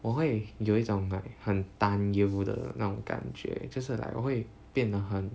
我会有一种 like 很担忧的那种感觉就是 like 我会变得